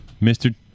Mr